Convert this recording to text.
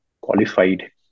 qualified